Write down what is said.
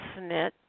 snit